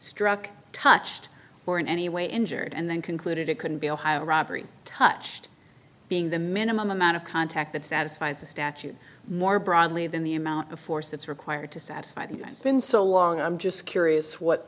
struck touched or in any way injured and then concluded it couldn't be ohio robbery touched being the minimum amount of contact that satisfies the statute more broadly than the amount of force that's required to satisfy them it's been so long i'm just curious what